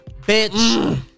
bitch